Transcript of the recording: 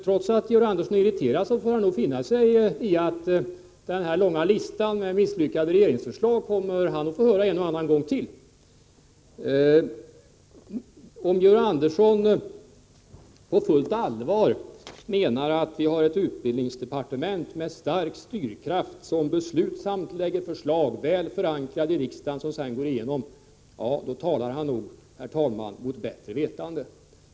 Trots att Georg Andersson är irriterad får han nog finna sig i att även fortsättningsvis en och annan gång få höra talas om den långa listan med misslyckade regeringsförslag. Om Georg Andersson på fullt allvar menar att vi har ett utbildningsdepartement med stark styrkraft, som beslutsamt lägger fram förslag som är väl förankrade i riksdagen och som sedan går igenom, då talar han nog, herr talman, mot bättre vetande.